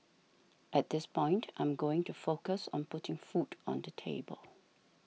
at this point I am going to focus on putting food on the table